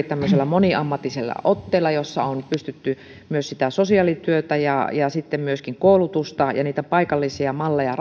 tämmöisellä moniammatillisella otteella jossa on pystytty yhdistämään sosiaalityötä ja sitten myöskin koulutusta ja rakentamaan niitä paikallisia malleja